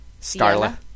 Starla